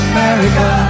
America